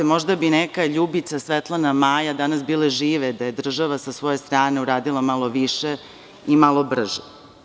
Možda bi neka Ljubica, Svetlana, Maja danas bile žive da je država sa svoje strane uradila malo više i malo brže.